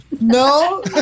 No